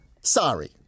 Sorry